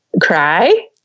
cry